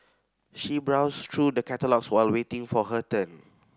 she browsed through the catalogues while waiting for her turn